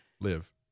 Live